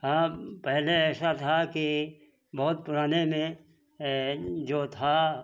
हाँ पहले ऐसा था कि बहुत पुराने में जो था